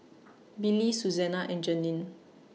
Billye Suzanna and Janeen